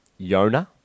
Yona